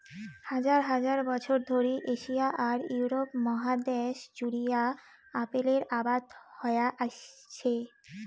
হাজার হাজার বছর ধরি এশিয়া আর ইউরোপ মহাদ্যাশ জুড়িয়া আপেলের আবাদ হয়া আইসছে